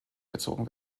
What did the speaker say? gezogen